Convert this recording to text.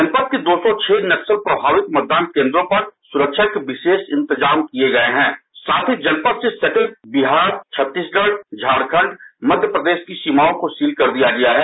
जनपद के दो सौ छह नक्सल प्रभावित मतदान केन्द्रों पर सुरक्षा के विशेष इंतजाम किये गये हैं साथ ही जनपद से सटे पड़ोसी राज्यों विहार छत्तीसगढ़ झारखंड मध्य प्रदेश की सीमाओं को सील कर दिया गया है